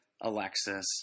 Alexis